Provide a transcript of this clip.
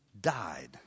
died